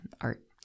art